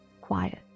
quiet